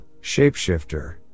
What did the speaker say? shapeshifter